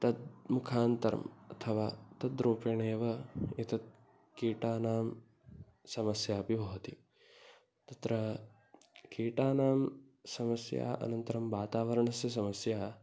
तद् मुखान्तरम् अथवा तद्रूपेणेव एतत् कीटानां समस्यापि भवति तत्र कीटानां समस्या अनन्तरं वातावरणस्य समस्या